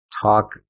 talk